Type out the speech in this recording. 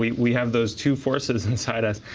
we we have those two forces inside us.